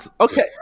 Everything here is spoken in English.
Okay